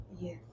Yes